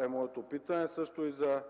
е моето питане, а също и за